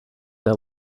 that